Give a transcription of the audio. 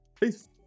Peace